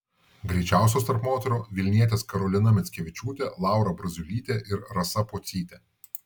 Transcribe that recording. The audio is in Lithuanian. greičiausios tarp moterų vilnietės karolina mickevičiūtė laura braziulytė ir rasa pocytė